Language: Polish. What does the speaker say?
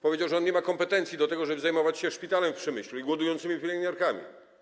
Powiedział, że on nie ma kompetencji do tego, żeby zajmować się szpitalem w Przemyślu i głodującymi pielęgniarkami.